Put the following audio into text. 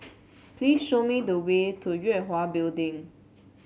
please show me the way to Yue Hwa Building